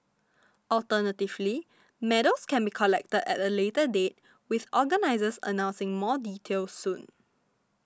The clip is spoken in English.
alternatively medals can be collected at a later date with organisers announcing more details soon